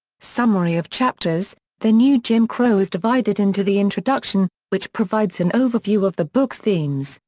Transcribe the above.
summary of chapters the new jim crow is divided into the introduction, which provides an overview of the book's themes,